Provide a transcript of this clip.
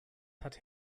hat